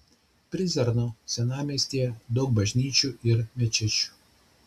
prizreno senamiestyje daug bažnyčių ir mečečių